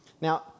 Now